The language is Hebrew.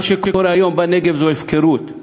מה שקורה היום בנגב זו הפקרות.